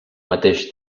mateix